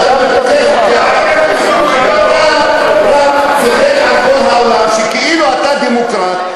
אתה רק צוחק על כל העולם שאתה כאילו דמוקרט,